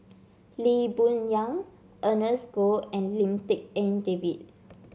Lee Boon Yang Ernest Goh and Lim Tik En David